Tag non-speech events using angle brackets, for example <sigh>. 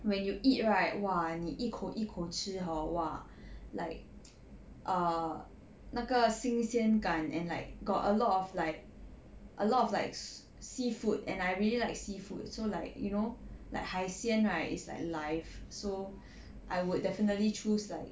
when you eat right !wah! 你一口一口吃 hor !wah! like <noise> err 那个新鲜感 and like got a lot of like a lot of like s~ seafood and I really like seafood so like you know like 海鲜 right is like life so I would definitely choose like